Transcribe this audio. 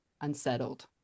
unsettled